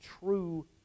true